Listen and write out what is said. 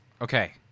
Okay